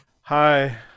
Hi